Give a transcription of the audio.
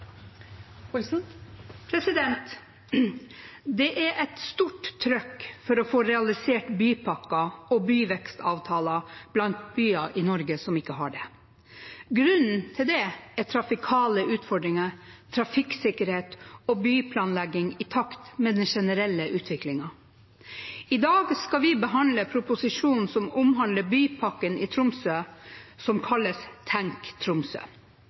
et stort trykk for å få realisert bypakker og byvekstavtaler blant byer i Norge som ikke har det. Grunnen til det er trafikale utfordringer, trafikksikkerhet og byplanlegging i takt med den generelle utviklingen. I dag skal vi behandle proposisjonen som omhandler bypakken i Tromsø, som kalles Tenk Tromsø.